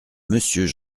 monsieur